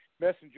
Messenger